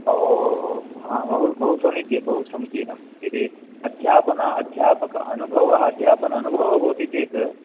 ओ हा बहु बहु समीचीन् बहु समीचीनं यदि अध्यापन अध्यापक अनुभवः अध्यापन अनुभवः भवति चेत्